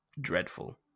dreadful